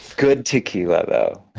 good tequila, though.